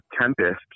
Tempest